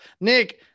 Nick